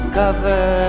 cover